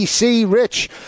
Rich